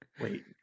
wait